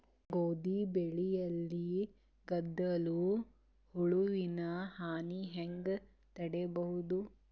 ಗೋಧಿ ಬೆಳೆಯಲ್ಲಿ ಗೆದ್ದಲು ಹುಳುವಿನ ಹಾನಿ ಹೆಂಗ ತಡೆಬಹುದು?